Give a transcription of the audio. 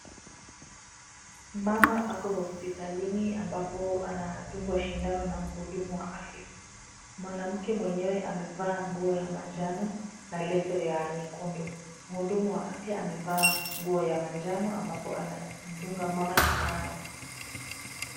Mama ako hospitalini ambapo anadungwa sindano na mhudumu wa afya, mwanamke mwenyewe amevaa nguo ya manjano na leso ya nyekundu. Mhudumu wa afya amevaa nguo ya manjano ambapo anamdunga mama sindano.